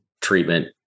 treatment